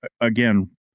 again